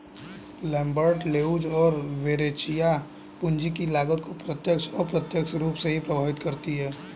Lambert, Leuz और Verrecchia, पूंजी की लागत को प्रत्यक्ष, अप्रत्यक्ष रूप से प्रभावित करती है